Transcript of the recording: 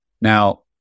Now